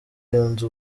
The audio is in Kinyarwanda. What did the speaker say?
yunze